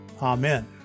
Amen